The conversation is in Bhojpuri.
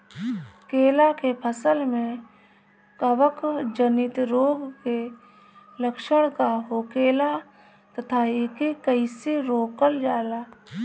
केला के फसल में कवक जनित रोग के लक्षण का होखेला तथा एके कइसे रोकल जाला?